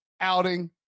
outing